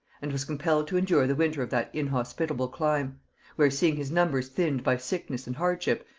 and was compelled to endure the winter of that inhospitable clime where seeing his numbers thinned by sickness and hardship,